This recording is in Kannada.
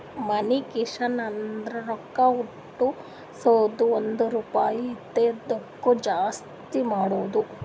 ಮನಿ ಕ್ರಿಯೇಷನ್ ಅಂದುರ್ ರೊಕ್ಕಾ ಹುಟ್ಟುಸದ್ದು ಒಂದ್ ರುಪಾಯಿ ಇದಿದ್ದುಕ್ ಜಾಸ್ತಿ ಮಾಡದು